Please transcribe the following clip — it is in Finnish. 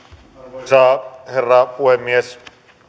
arvoisa herra puhemies